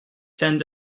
tend